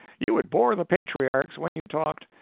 you would bore the patriarchs when you talked,